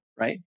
right